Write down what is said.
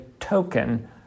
token